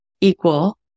equal